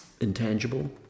intangible